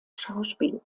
schauspiel